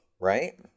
right